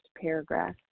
paragraph